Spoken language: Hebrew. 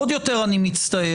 עוד יותר אני מצטער,